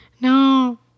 No